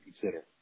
consider